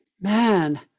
man